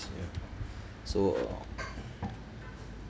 ya so